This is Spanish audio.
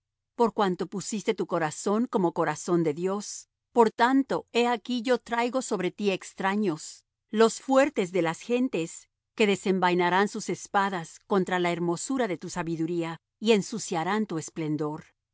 por cuanto pusiste tu corazón como corazón de dios por tanto he aquí yo traigo sobre ti extraños los fuertes de las gentes que desenvainarán su espadas contra la hermosura de tu sabiduría y ensuciarán tu esplendor